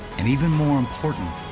and, even more important,